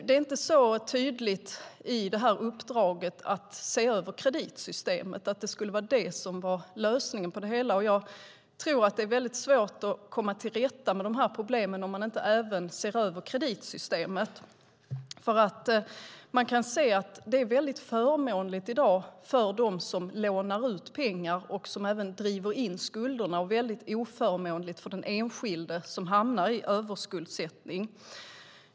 Det är dock inte så tydligt i detta uppdrag att se över kreditsystemet som en lösning på det hela, och jag tror att det är väldigt svårt att komma till rätta med de här problemen om man inte även ser över kreditsystemet. Man kan se att det i dag är väldigt förmånligt för dem som lånar ut pengar och även för dem som driver in skulderna och väldigt oförmånligt för den enskilde som hamnar i överskuldsättning.